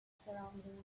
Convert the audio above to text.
surrounding